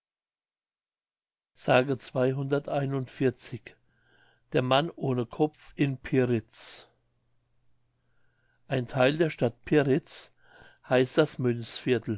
der mann ohne kopf in pyritz ein theil der stadt pyritz heißt das